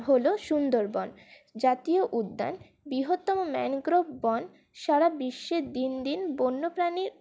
হল সুন্দরবন জাতীয় উদ্যান বৃহত্তম ম্যানগ্রোভ বন সারা বিশ্বে দিন দিন বন্যপ্রাণীর